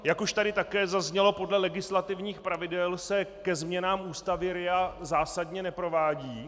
Jak už tady také zaznělo, podle legislativních pravidel se ke změnám Ústavy RIA zásadně neprovádí.